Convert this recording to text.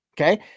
Okay